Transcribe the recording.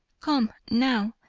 come now,